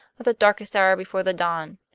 that the darkest hour before the dawn?